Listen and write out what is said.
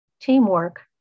teamwork